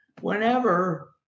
whenever